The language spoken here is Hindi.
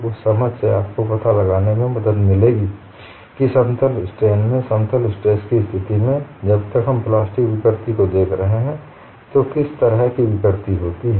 उस समझ से आपको यह पता लगाने में मदद मिलेगी कि समतल स्ट्रेन और समतल स्ट्रेस की स्थिति में जब हम प्लास्टिक की विकृति को देख रहे होते हैं किस तरह की विकृति होती है